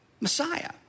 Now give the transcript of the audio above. Messiah